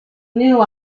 knew